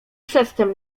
przedtem